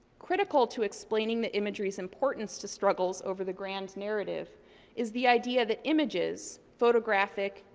critical to explaining the imagery's importance to struggles over the grand narrative is the idea that images photographic,